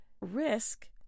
risk